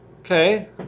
Okay